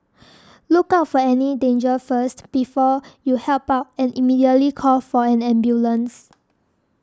look out for any danger first before you help out and immediately call for an ambulance